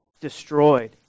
destroyed